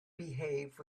behave